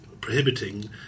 prohibiting